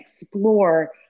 explore